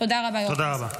תודה רבה, יו"ר הכנסת.